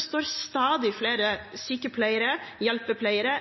står stadig flere sykepleiere, hjelpepleiere,